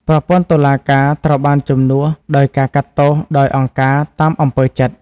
ប្រព័ន្ធតុលាការត្រូវបានជំនួសដោយការកាត់ទោសដោយ "អង្គការ" តាមអំពើចិត្ត។